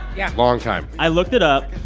yeah long time i looked it up.